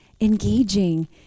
Engaging